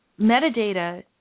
metadata